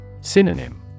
Synonym